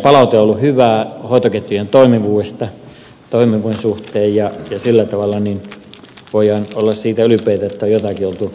palaute on ollut hyvää hoitoketjujen toimivuuden suhteen ja sillä tavalla voidaan olla siitä ylpeitä että on jotakin oltu